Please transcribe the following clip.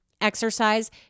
Exercise